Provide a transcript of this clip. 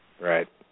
Right